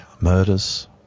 murders